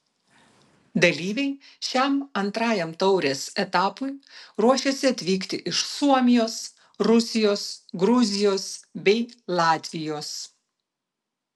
dalyviai šiam antrajam taurės etapui ruošiasi atvykti iš suomijos rusijos gruzijos bei latvijos